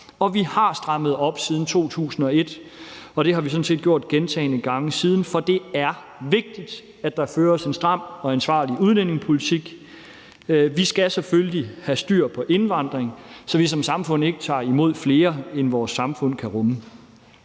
og vi har strammet op siden 2001, og det har vi sådan set gjort gentagne gange siden, for det er vigtigt, at der føres en stram og ansvarlig udlændingepolitik. Vi skal selvfølgelig have styr på indvandringen, så vi som samfund ikke tager imod flere, end vores samfund kan rumme.